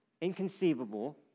inconceivable